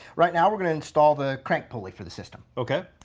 right now we're going to install the crank pulley for the system. ok.